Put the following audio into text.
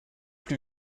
plus